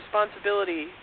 responsibility